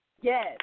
yes